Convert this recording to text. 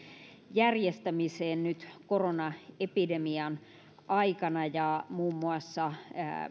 järjestämiseen nyt koronaepidemian aikana ja muun muassa